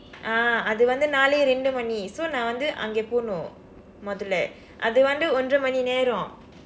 ah அது வந்து நாளை இரண்டு மணி:athu vandthu naalai irandu mani so நான் வந்து அங்க போனும் மூதலை அது வந்து ஒன்றரை மணி நேரம்:naan vandthu angka poonum muthalai athu vandthu onrarai mani neeram